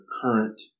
current